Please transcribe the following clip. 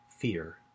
fear